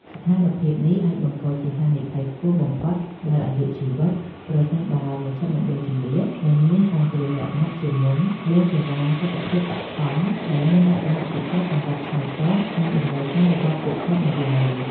ស្ថានភាពនេះអាចបង្កជាហានិភ័យខ្ពស់បំផុតដល់អាយុជីវិត ប្រសិនបើមជ្ឈមណ្ឌលជម្លៀសមិនមានការត្រៀមលក្ខណៈជាមុនលើសេវាសុខភាពបឋម ដែលមានលក្ខណៈពិសេសសម្រាប់ឆ្លើយតបនឹងតម្រូវការរបស់ពួកគាត់នោះឡើយ។